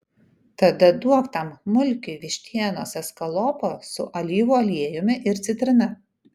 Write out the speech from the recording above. tada duok tam mulkiui vištienos eskalopo su alyvų aliejumi ir citrina